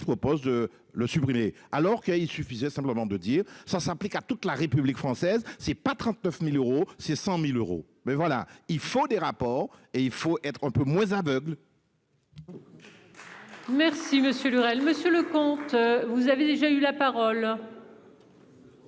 propose de le supprimer, alors qu'il suffisait simplement de dire ça s'applique à toute la République française c'est pas 39.000 euros c'est 100.000 euros mais voilà il faut des rapports et il faut être un peu moins aveugle. Merci Monsieur Lurel monsieur le comte. Vous avez déjà eu la parole.